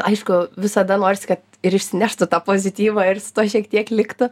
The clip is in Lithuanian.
aišku visada norisi kad ir išsineštų tą pozityvą ir su tuo šiek tiek liktų